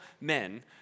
men